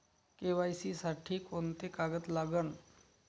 KYC साठी कोंते कागद लागन?